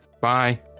Bye